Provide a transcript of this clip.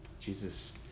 Jesus